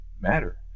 matter